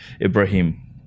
Ibrahim